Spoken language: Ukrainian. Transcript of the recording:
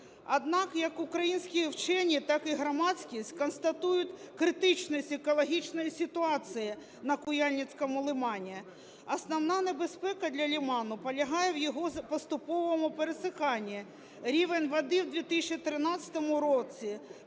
Однак як українські вчені, так і громадськість, констатують критичність екологічної ситуації на Куяльницькому лимані. Основна небезпека для лиману полягає в його поступовому пересиханні. Рівень води в 2013 році